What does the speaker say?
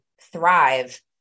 thrive